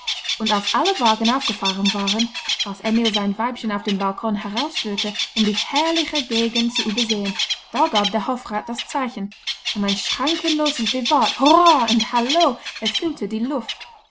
und als alle wagen aufgefahren waren als emil sein weibchen auf den balkon herausführte um die herrliche gegend zu übersehen da gab der hofrat das zeichen und ein schrankenloses vivat hurra und hallo erfüllte die luft